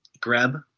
Grab